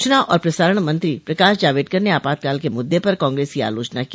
सूचना और प्रसारण मंत्री प्रकाश जावड़ेकर ने आपातकाल के मुद्दे पर कांग्रेस की आलोचना की